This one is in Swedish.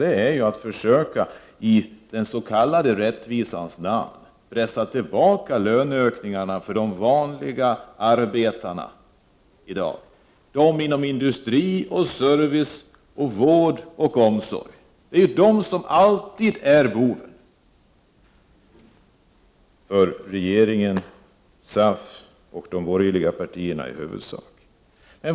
Det gäller att försöka i den s.k. rättvisans namn pressa tillbaka löneökningarna för de vanliga arbetarna. De inom industri, service, vård och omsorg är alltid bovarna för regeringen, SAF och de borgerliga partierna i huvudsak.